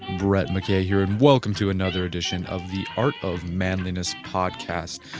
brett mckay here and welcome to another edition of the art of manliness podcast.